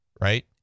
right